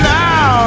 now